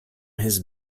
his